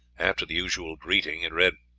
after the usual greeting it read